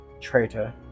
traitor